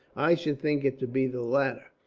i should think it to be the latter,